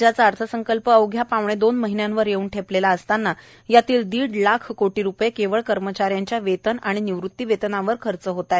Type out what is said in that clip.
राज्याचा अर्थसंकल्प अवघ्या पावणे दोन महिन्यावर येऊन ठेपला असताना यातील दीड लाख कोटी रुपये केवळ कर्मचाऱ्यांच्या वेतन आणि निवृत्ती वेतनावर खर्च होत आहे